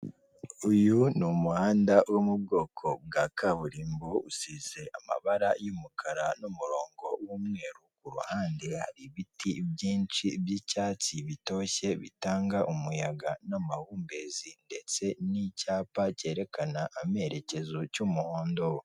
Uyu ni umuhanda wo mu bwoko bwa kaburimbo, usize amabara yumukara n'umurongo w'umweru, kuruhande hari ibiti byinshi byicyatsi bitoshye, bitanga umuyaga n'amahumbezi ndetse n'icyapa cyerekana amerekezo cy'umuhondo.